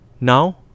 Now